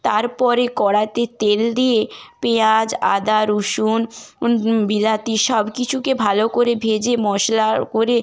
তারপরে কড়াতে তেল দিয়ে পেঁয়াজ আদা রুসুন উন বিরাতি সব কিছুকে ভালো করে ভেজে মশলা করে